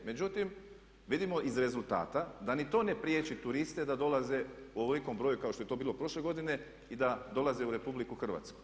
Međutim, vidimo iz rezultata da ni to ne priječi turiste da dolaze u ovolikom broju kao što je to bilo prošle godine i da dolaze u RH.